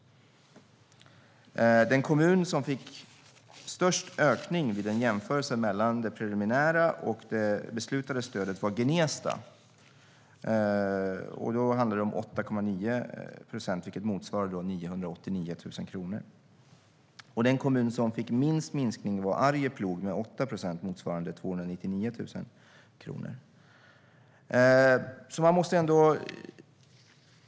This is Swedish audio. Den kommun som fick störst ökning vid en jämförelse mellan det preliminära och det beslutade stödet var Gnesta. Det handlade om 8,9 procent, vilket motsvarade 989 000 kronor. Den kommun som fick minst minskning var Arjeplog med 8 procent, motsvarade 299 000 kronor.